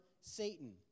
Satan